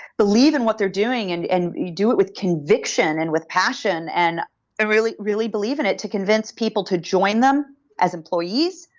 believe in what they're doing and and do it with conviction and with passion and really really believe in it to convince people to join them as employees,